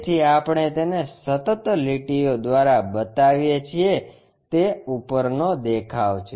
તેથી આપણે તેને સતત લીટીઓ દ્વારા બતાવીએ છીએ તે ઉપરનો દેખાવ છે